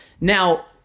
Now